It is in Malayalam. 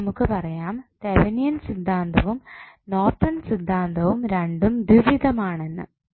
അപ്പോൾ നമുക്ക് പറയാം തെവനിയൻ സിദ്ധാന്തവും നോർട്ടൺ സിദ്ധാന്തവും രണ്ടും ദ്വിവിധമാണെന്ന്